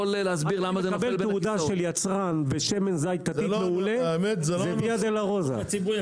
לקבל תעודה של יצרן ושמן זית כתית מעולה זה ויה דלרוזה.